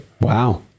Wow